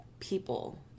people